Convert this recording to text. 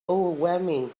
overwhelming